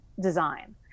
design